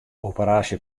operaasje